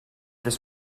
this